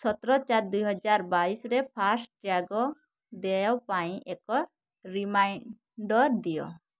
ସତର ଚାର ଦୁଇହଜାର ବାଇଶିରେ ଫାସ୍ଟ୍ୟାଗ୍ ଦେୟ ପାଇଁ ଏକ ରିମାଇଣ୍ଡର୍ ଦିଅ